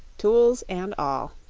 tools and all.